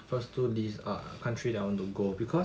my first two list ah country that I want to go because